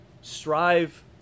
strive